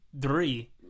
three